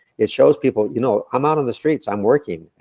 it shows people, you know i'm out on the streets, i'm working,